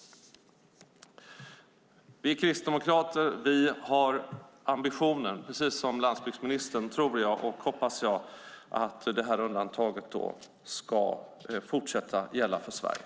Vi kristdemokrater har - precis som landsbygdsministern, tror och hoppas jag - ambitionen att det här undantaget ska fortsätta att gälla för Sverige.